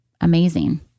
amazing